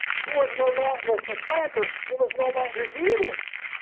he was no longer a supplanter, he was no longer devious,